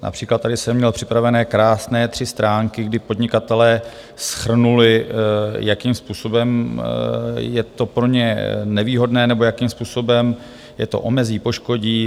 Například tady jsem měl připravené krásné tři stránky, kdy podnikatelé shrnuli, jakým způsobem je to pro ně nevýhodné nebo jakým způsobem je to omezí, poškodí.